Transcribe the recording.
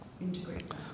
integrate